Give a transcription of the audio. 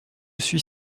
suis